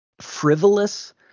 frivolous